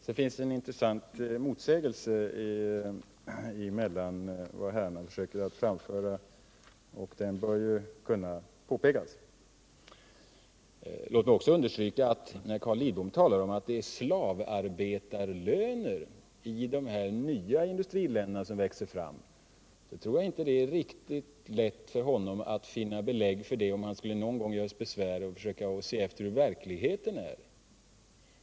Det finns en intressant motsägelse mellan vad herrarna försöker framföra, och den bör kunna påpekas. När Carl Lidbom talar om slavarbetarlönerna i de nya industriländer som växer fram, tror jag inte det är riktigt lätt för honom att finna belägg för det — om han någon gång skulle göra sig besvär med att försöka ta reda på hur verkligheten är.